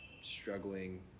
struggling